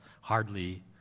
hardly